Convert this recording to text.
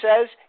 says